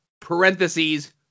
parentheses